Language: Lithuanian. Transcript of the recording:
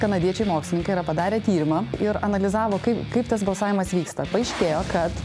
kanadiečiai mokslininkai yra padarę tyrimą ir analizavo kaip kaip tas balsavimas vyksta paaiškėjo kad